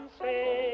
say